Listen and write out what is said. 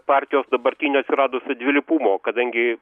partijos dabartinio atsiradusio dvilypumo kadangi